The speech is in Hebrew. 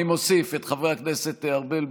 התשפ"א 2021,